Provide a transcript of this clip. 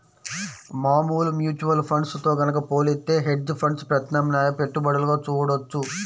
మామూలు mutual funds తో గనక పోలిత్తే హెడ్జ్ ఫండ్స్ ప్రత్యామ్నాయ పెట్టుబడులుగా చూడొచ్చు